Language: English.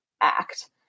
act